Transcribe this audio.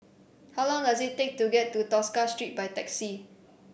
how long does it take to get to Tosca Street by taxi